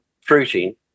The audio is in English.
fruiting